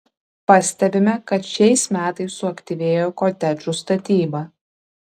pastebime kad šiais metais suaktyvėjo kotedžų statyba